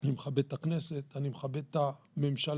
אני מכבד את הכנסת, אני מכבד את הממשלה,